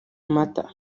mata